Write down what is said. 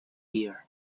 year